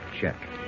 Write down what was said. Check